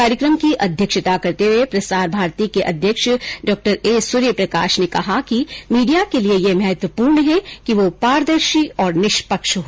कार्यक्रम की अध्यक्षता करते हुए प्रसार भारती के अध्यक्ष डॉ ए सूर्य प्रकाश ने कहा कि मीडिया के लिए यह महत्वपूर्ण है कि वो पारदर्शी और निष्पक्ष हो